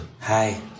Hi